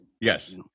yes